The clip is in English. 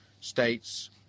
States